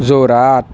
Jorhat